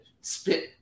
spit